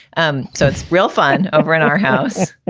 um so it's real fun over in our house